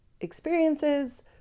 experiences